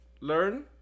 learn